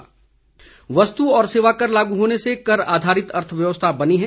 GST वस्तु और सेवा कर लागू होने से कर आधारित अर्थव्यवस्था बनी है